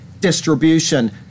distribution